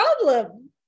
problem